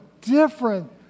different